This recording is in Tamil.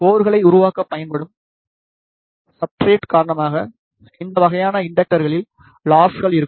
கோர்களை உருவாக்க பயன்படும் ஸப்ஸ்ட்ரேட் காரணமாக இந்த வகையான இண்டக்டர்களில் லாஸ்கள் இருக்கும்